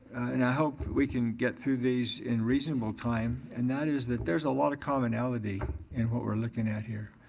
and i hope we can get through these in reasonable time and that is that there is a lot of commonality in what we're looking at here.